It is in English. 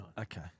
Okay